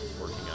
working